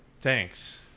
Thanks